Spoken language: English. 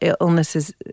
illnesses